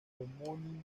homónima